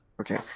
Okay